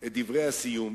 את דברי הסיום